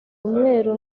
umweru